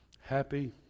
Happy